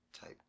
type